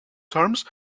terms